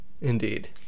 Indeed